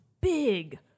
big